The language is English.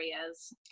areas